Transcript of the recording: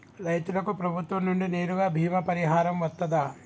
రైతులకు ప్రభుత్వం నుండి నేరుగా బీమా పరిహారం వత్తదా?